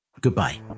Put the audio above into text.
Goodbye